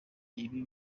ibi